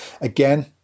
Again